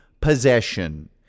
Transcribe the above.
possession